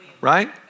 right